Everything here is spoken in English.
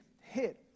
hit